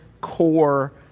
core